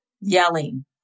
yelling